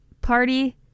party